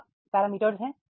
क्या पैरामीटर हैं